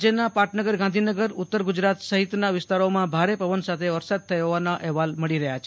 રાજ્યના પાટનગર ગાંધીનગર ઉત્તર ગુજરાત સફિતના વિસ્તારોમાં ભારે પવન સાથે વરસાદ થયો ફોવાના અહેવાલ મળી રહ્યા છે